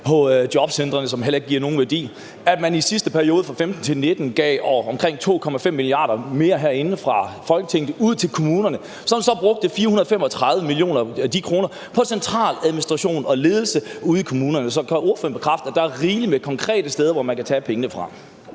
på jobcentrene, som heller ikke giver nogen værdi, og at man i sidste periode fra 2015-2019 gav omkring 2,5 mia. kr. mere herinde fra Folketinget og ud til kommunerne, som så brugte 435 mio. kr. af dem på centraladministration og ledelse ude i kommunerne. Kan ordføreren bekræfte, at der er rigeligt med konkrete steder, hvor man kan tage pengene fra?